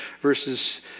Verses